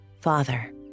Father